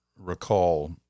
recall